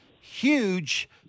huge